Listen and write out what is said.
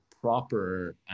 proper